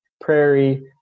prairie